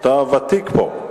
אתה ותיק פה.